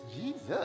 Jesus